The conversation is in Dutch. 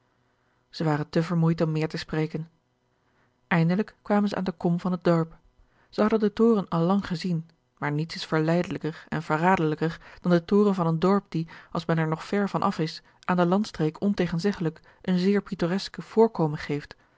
zij waren te vermoeid om meer te spreken eindelijk kwamen zij aan de kom van het dorp zij hadden den toren al lang gezien maar niets is verleidelijker en verraderlijker dan de toren van een dorp die als men er nog ver van af is aan de landstreek ontegenzeggelijk een zeer pittoresque voorkomen geeft